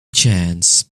chance